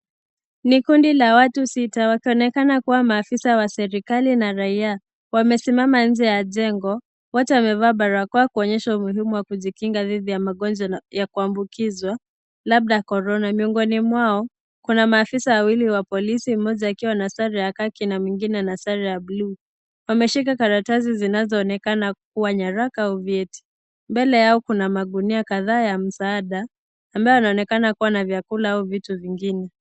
Ni kundi la watu sita na wakionekana kuwa maafisa wa serikali na raia , wamesimama nje ya Jengo , wote wamevaa barakoa kuonyesha umuhimu wa kujikinga dhidi ya magonjwa ya kuambukizwa labda corona. Miongoni mwao kuna maafisa wawili wa polisi mmoja akiwa na sare ya khaki na mweingine ana sare ya bluu wameshika karatasi zinazoonekana kuwa nyaraka au vyeti mbele yao kuna magunia kadhaa ya msaada ambayo yanaonekana kuwa na vyakula au vitu vingine.